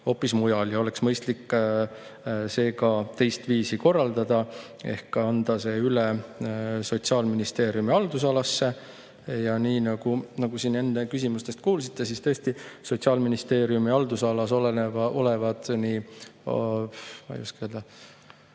et oleks mõistlik see ka teistviisi korraldada ehk anda üle Sotsiaalministeeriumi haldusalasse. Nii nagu siin enne küsimustest kuulsite, siis tõesti Sotsiaalministeeriumi haldusalas olevad,